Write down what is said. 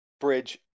bridge